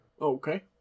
Okay